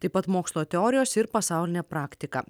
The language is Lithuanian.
taip pat mokslo teorijos ir pasauline praktika